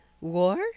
war